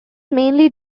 mainly